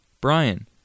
Brian